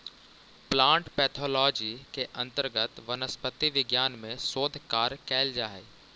plant pathology के अंतर्गत वनस्पति विज्ञान में शोध कार्य कैल जा हइ